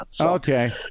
Okay